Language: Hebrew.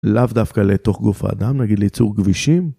לאו דווקא לתוך גוף האדם, נגיד לייצור גבישים.